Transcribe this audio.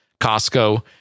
Costco